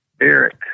eric